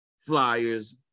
flyers